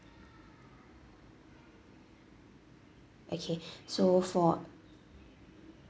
okay so for